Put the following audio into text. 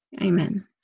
amen